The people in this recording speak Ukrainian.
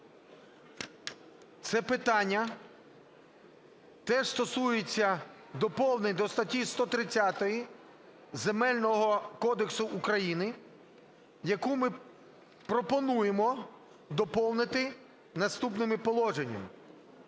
це питання теж стосується доповнень до статті 130 Земельного кодексу України, яку ми пропонуємо доповнити наступними положеннями: